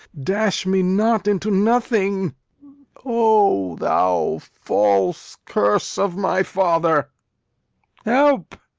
dash me not into nothing o thou false curse of my father help!